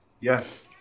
Yes